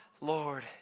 Lord